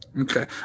Okay